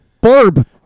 Barb